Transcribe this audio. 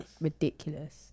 ridiculous